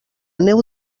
neu